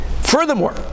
furthermore